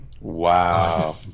Wow